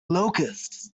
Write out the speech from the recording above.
locusts